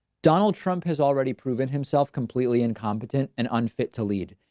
donald trump has already proven himself completely incompetent and unfit to lead.